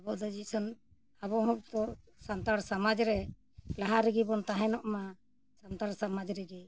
ᱟᱵᱚ ᱫᱚ ᱟᱵᱚ ᱦᱚᱲ ᱛᱚ ᱥᱟᱱᱛᱟᱲ ᱥᱚᱢᱟᱡᱽ ᱨᱮ ᱞᱟᱦᱟ ᱨᱮᱜᱮ ᱵᱚᱱ ᱛᱟᱦᱮᱱᱚᱜ ᱢᱟ ᱥᱟᱱᱛᱟᱲ ᱥᱚᱢᱟᱡᱽ ᱨᱮᱜᱮ